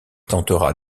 tentera